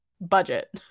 budget